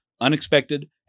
unexpected